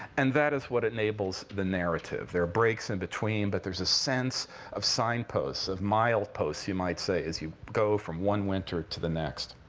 and that is what enables the narrative. there are breaks in between, but there's a sense of signposts, of mileposts, you might say, as you go from one winter to the next.